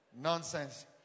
nonsense